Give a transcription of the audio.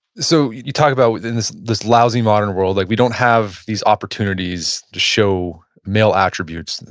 so you talk about in this this lousy modern world, like we don't have these opportunities to show male attributes.